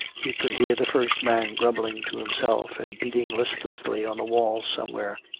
he could hear the first man grumbling to himself, and beating listlessly on the walls somewhere.